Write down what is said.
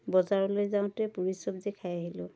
বজাৰলৈ যাওঁতে পুৰি চবজি খাই আহিলোঁ